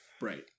Right